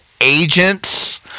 agents